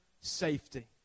safety